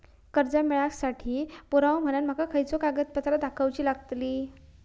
कर्जा मेळाक साठी पुरावो म्हणून माका खयचो कागदपत्र दाखवुची लागतली?